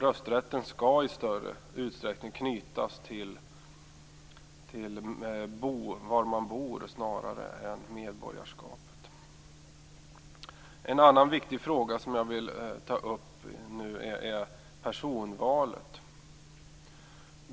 Rösträtten skall i större utsträckning knytas till var man bor snarare än till medborgarskapet. En annan viktig fråga som jag vill ta upp är personvalet.